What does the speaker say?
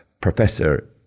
Professor